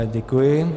Děkuji.